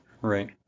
Right